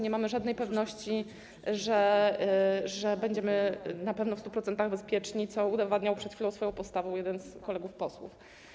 Nie mamy żadnej pewności, że będziemy na pewno, w 100% bezpieczni, co udowadniał przed chwilą swoją postawą jeden z kolegów posłów.